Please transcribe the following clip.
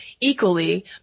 equally